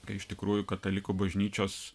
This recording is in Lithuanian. kai iš tikrųjų katalikų bažnyčios